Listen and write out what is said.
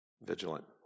vigilant